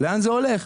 לאן זה הולך?